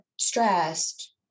stressed